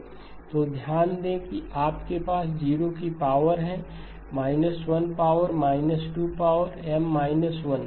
H n−∞hnMZ nMZ 1n−∞ ∞hnM1Z nMZ 2n−∞ ∞hnM2Z nMZ n−∞ ∞hnMM 1Z nM तो ध्यान दें कि आपके पास 0 की पावरहै 1 पावर 2